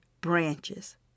branches